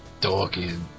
dorky